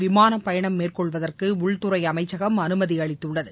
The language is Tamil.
விமானப் பயணம் மேற்கொள்வதற்கு உள்துறை அமைச்சகம் அனுமதியளித்துள்ளது